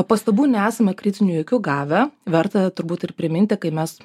pastabų neesame kritinių jokių gavę verta turbūt ir priminti kai mes